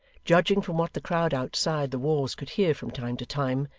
judging from what the crowd outside the walls could hear from time to time,